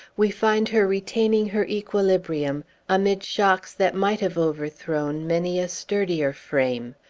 we find her retaining her equilibrium amid shocks that might have overthrown many a sturdier frame.